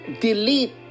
delete